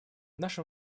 нашем